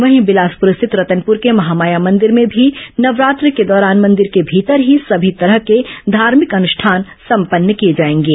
वहीं बिलासपुर स्थित रतनपुर के महामाया मंदिर में भी नवरात्र के दौरान मंदिर के भीतर ही सभी तरह के धार्मिक अनुष्ठानं संपन्न किए जाएंगे